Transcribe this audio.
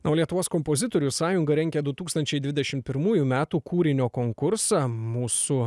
na o lietuvos kompozitorių sąjunga rengia du tūkstančiai dvidešim pirmųjų metų kūrinio konkursą mūsų